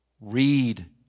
Read